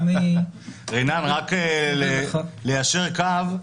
רינן רק לאשר קו,